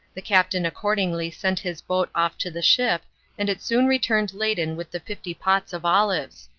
the captain accordingly sent his boat off to the ship and it soon returned laden with the fifty pots of olives.